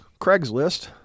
Craigslist